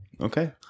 Okay